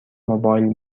موبایل